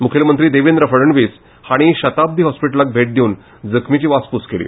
मुखेल मंत्री देवेंद्र फडणवीस हांणी शताब्दी हॉस्पिटलाक भेट दिवन जखमींची वासपूस केली